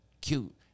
Cute